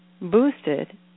boosted